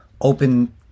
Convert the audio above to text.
Open